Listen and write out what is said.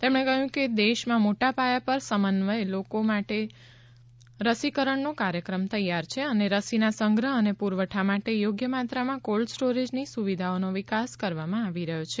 તેમણે કહ્યું કે દેશમાં મોટા પાયા પર સમન્વય લોકો માટે રસીકરણનો કાર્યક્રમ તૈયાર છે અને રસીના સંગ્રહ અને પુરવઠા માટે યોગ્ય માત્રામાં કોલ્ડ સ્ટોરેજની સુવિધાઓનો વિકાસ કરવામાં આવી રહ્યો છે